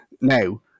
now